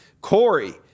Corey